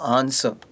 answer